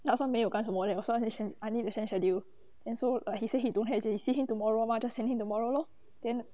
他说没有干什么 leh 我说 I need I need to send schedule and so he say he don't have it you see him tomorrow just sent him tomorrow lor then